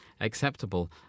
acceptable